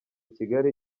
kigali